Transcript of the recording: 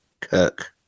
Kirk